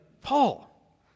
Paul